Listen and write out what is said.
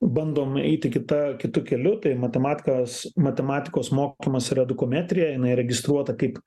bandom eiti kita kitu keliu tai matematikas matematikos mokamas tradukometrija jinai registruota kaip